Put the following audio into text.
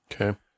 Okay